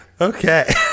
Okay